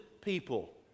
people